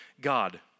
God